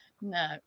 No